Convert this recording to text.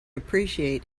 appreciate